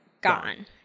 gone